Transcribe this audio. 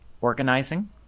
organizing